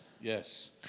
yes